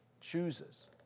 chooses